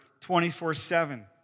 24-7